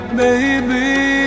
baby